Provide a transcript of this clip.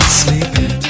sleeping